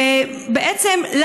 ובעצם,